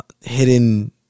hidden